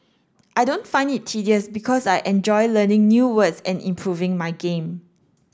I don't find it tedious because I enjoy learning new words and improving my game